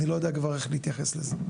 אני לא יודע איך להתייחס לזה.